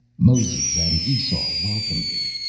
moses and esau welcome thee!